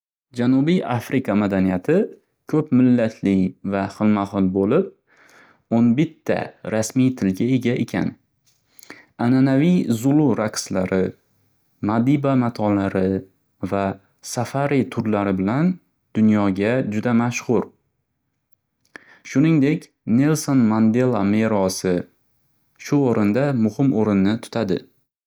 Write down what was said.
Janubiy Afrika madaniyati ko'p millatli va xilma xil bo'lib, o'n bitta rasmiy tilga ega ekan. Ananaviy zulu raqslar, madiba matolari va safari turlari bilan dunyoga juda mashxur. Shuningdek, Nelson Mandella merosi shu o'rinda muxim o'rinni tutadi.